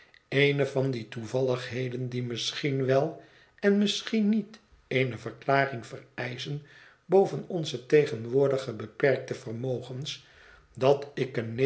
eene van die toevalligheden die misschien wel en misschien niet eene verklaring vereischen boven onze tegenwoordige beperkte vermogens dat ik